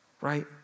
right